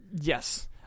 Yes